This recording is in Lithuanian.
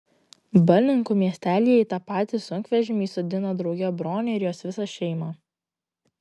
balninkų miestelyje į tą patį sunkvežimį įsodino draugę bronę ir jos visą šeimą